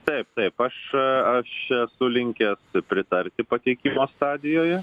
taip taip aš aš esu linkęs pritarti pateikimo stadijoje